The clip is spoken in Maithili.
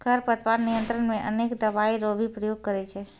खरपतवार नियंत्रण मे अनेक दवाई रो भी प्रयोग करे छै